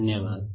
धन्यवाद